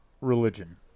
religion